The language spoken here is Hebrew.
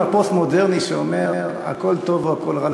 הפוסט-מודרני שאומר: הכול טוב והכול רע,